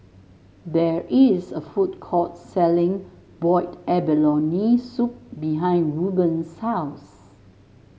there is a food court selling Boiled Abalone Soup behind Ruben's house